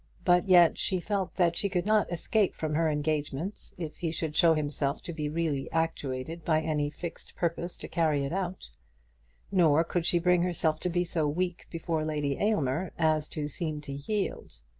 but yet she felt that she could not escape from her engagement if he should show himself to be really actuated by any fixed purpose to carry it out nor could she bring herself to be so weak before lady aylmer as to seem to yield.